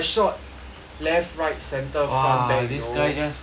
left right centre fuck them you know